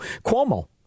Cuomo